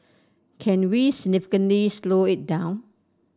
can we significantly slow it down